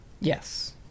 Yes